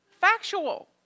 Factual